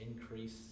increase